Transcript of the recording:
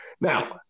Now